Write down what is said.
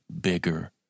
bigger